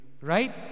right